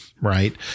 right